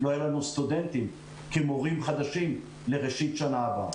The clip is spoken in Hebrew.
לא היו לנו סטודנטים כמורים חדשים לראשית שנה הבאה.